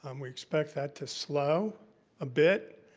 um we expect that to slow a bit,